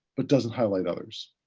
but doesn't highlight others.